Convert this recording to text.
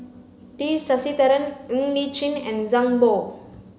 T Sasitharan Ng Li Chin and Zhang Bohe